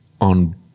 on